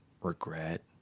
regret